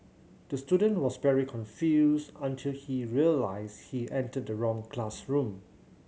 the student was very confused until he realised he entered the wrong classroom